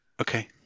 Okay